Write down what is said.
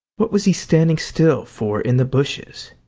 what was he standing still for in the bushes?